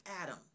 Adam